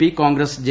P Congress J